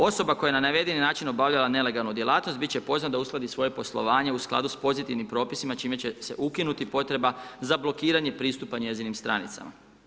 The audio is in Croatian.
Osoba koja je na navedeni način obavljala nelegalnu djelatnost, bit će pozvana da uskladi svoje poslovanje u skladu s pozitivnim propisima čime će se ukinuti potreba za blokiranje pristupa njezinim stranicama.